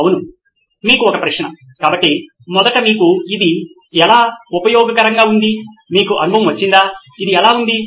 అవును మీకు ఒక ప్రశ్న కాబట్టి మొదట మీకు ఇది ఎలా ఉపయోగకరంగా ఉంది మీకు అనుభవం వచ్చిందా ఇది ఎలా ఉంది